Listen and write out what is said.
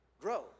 grow